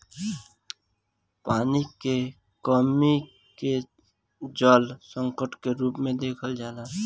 पानी के कमी के जल संकट के रूप में देखल जाला